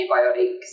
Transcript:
antibiotics